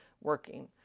working